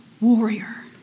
warrior